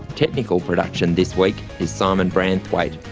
technical production this week is simon branthwaite,